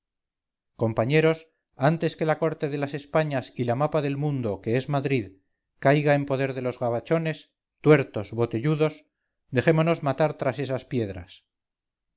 compañeros antes que la corte de las españas y la mapa del mundo que es madrid caiga en poder de los gabachones tuertos botelludos dejémonos matar tras esas piedras